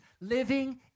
living